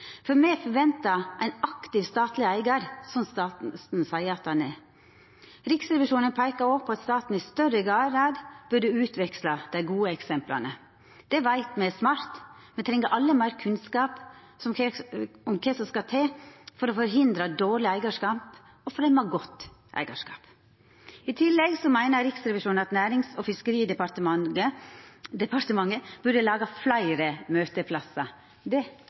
for me forventar ein aktiv statleg eigar, som staten seier at han er. Riksrevisjonen peikar òg på at staten i større grad burde utveksla dei gode eksempla. Det veit me er smart, me treng alle meir kunnskap om kva som skal til for å forhindra dårleg eigarskap og fremja godt eigarskap. I tillegg meiner Riksrevisjonen at Nærings- og fiskeridepartementet burde laga fleire møteplassar. Det